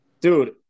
Dude